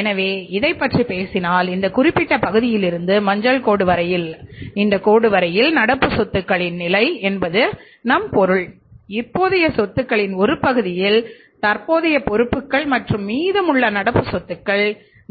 எனவே இதைப் பற்றி பேசினால் இந்த குறிப்பிட்ட பகுதியிலிருந்து மஞ்சள் கோடு வரையில் நடப்பு சொத்துகளின் நிலை என்பது இதன் பொருள் தற்போதைய சொத்துகளின் ஒரு பகுதியின் தற்போதைய பொறுப்புகள் மற்றும் மீதமுள்ள நடப்பு சொத்துக்கள்